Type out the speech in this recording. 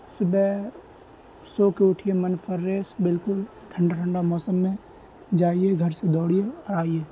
صبح سو کے اٹھیے من فریش بالکل ٹھنڈا ٹھنڈا موسم میں جائیے گھر سے دوڑیے اور آئیے